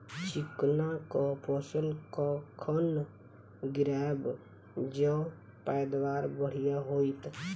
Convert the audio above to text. चिकना कऽ फसल कखन गिरैब जँ पैदावार बढ़िया होइत?